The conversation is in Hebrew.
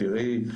תראי,